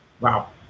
Wow